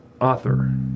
author